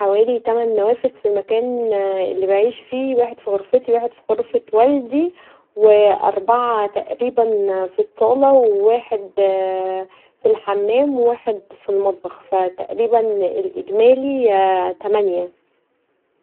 حوالي تمن نوافذ في المكان اللي بعيش فيه واحد في غرفتي و واحد في غرفه والدي و اربعه تقريبا في الصاله و واحد و واحد في الحمام و واحد في المطبخ فتقريبا الإجمالي تمانيه.